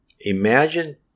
Imagine